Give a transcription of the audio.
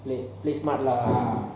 play play smart lah